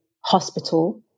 hospital